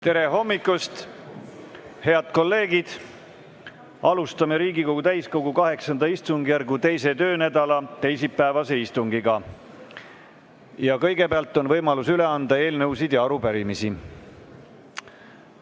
Tere hommikust, head kolleegid! Alustame Riigikogu täiskogu VIII istungjärgu 2. töönädala teisipäevast istungit. Kõigepealt on võimalus üle anda eelnõusid ja arupärimisi.